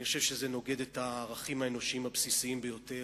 אני חושב שזה נוגד את הערכים האנושיים הבסיסיים ביותר.